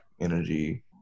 energy